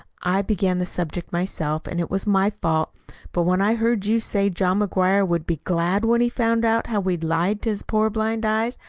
i began the subject myself, and it was my fault but when i heard you say john mcguire would be glad when he found out how we'd lied to his poor blind eyes,